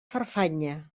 farfanya